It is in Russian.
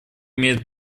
имеет